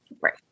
Right